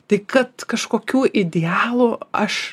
tai kad kažkokių idealų aš